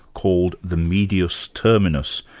called the medius terminus.